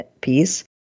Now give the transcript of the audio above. piece